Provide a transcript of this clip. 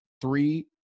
three